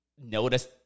notice